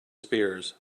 spears